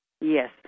Yes